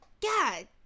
god